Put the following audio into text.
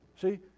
See